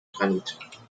granit